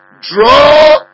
draw